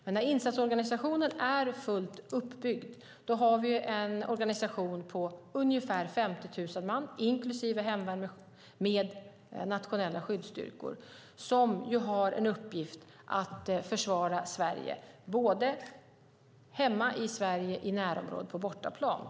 Men när insatsorganisationen är fullt uppbyggd har vi en organisation på ungefär 50 000 man inklusive hemvärn med nationella skyddsstyrkor som har en uppgift att försvara Sverige både hemma i Sverige, i närområdet och på bortaplan.